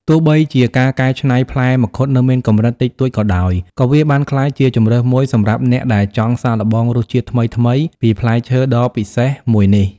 ទោះបីជាការកែច្នៃផ្លែមង្ឃុតនៅមានកម្រិតតិចតួចក៏ដោយ ក៏វាបានក្លាយជាជម្រើសមួយសម្រាប់អ្នកដែលចង់សាកល្បងរសជាតិថ្មីៗពីផ្លែឈើដ៏ពិសេសមួយនេះ។